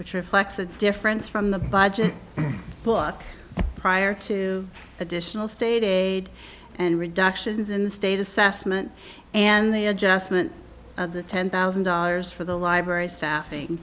which reflects a difference from the budget book prior to additional state aid and reductions in the state assessment and the adjustment of the ten thousand dollars for the library staffing